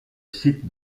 site